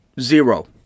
Zero